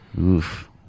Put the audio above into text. Oof